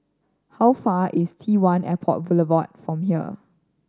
how far away is Tone Airport Boulevard from here